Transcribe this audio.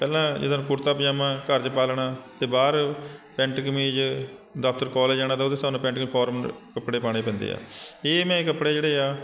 ਪਹਿਲਾਂ ਜਿੱਦਾਂ ਕੁੜਤਾ ਪਜਾਮਾ ਘਰ 'ਚ ਪਾ ਲੈਣਾ ਅਤੇ ਬਾਹਰ ਪੈਂਟ ਕਮੀਜ਼ ਦਫ਼ਤਰ ਕੋਲਜ ਜਾਣਾ ਤਾਂ ਉਹਦੇ ਹਿਸਾਬ ਨਾਲ ਪੈਂਟ ਕਮੀਜ਼ ਫੋਰਮਲ ਕੱਪੜੇ ਪਾਣੇ ਪੈਂਦੇ ਆ ਇਹ ਮੈਂ ਕੱਪੜੇ ਜਿਹੜੇ ਆ